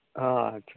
ᱟᱪᱪᱷᱟ